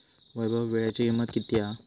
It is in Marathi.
वैभव वीळ्याची किंमत किती हा?